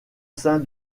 sein